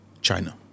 China